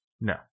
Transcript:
No